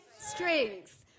strength